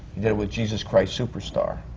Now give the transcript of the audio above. did it with jesus christ superstar.